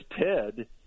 Ted